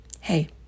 Hey